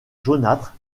jaunâtre